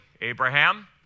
Abraham